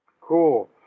Cool